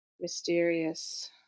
mysterious